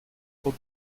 vor